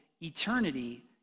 eternity